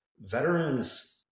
veterans